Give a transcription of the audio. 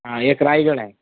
हां एक रायगड आहे